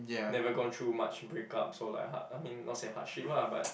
never gone through much breakups or like hard I mean not say hardship ah but